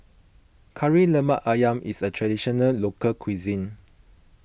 Kari Lemak Ayam is a Traditional Local Cuisine